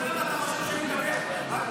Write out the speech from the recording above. אז איך אתה חושב שאני מדבר רק בשם,